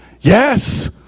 Yes